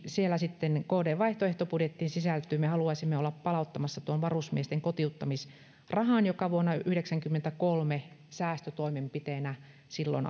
siellä kdn vaihtoehtobudjettiin sisältyy että me haluaisimme olla palauttamassa varusmiesten kotiuttamisrahan joka vuonna yhdeksänkymmentäkolme säästötoimenpiteenä silloin